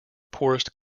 poorest